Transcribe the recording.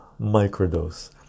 microdose